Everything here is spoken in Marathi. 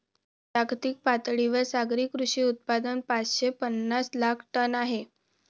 जागतिक पातळीवर सागरी कृषी उत्पादन पाचशे पनास लाख टन आहे